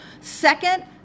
Second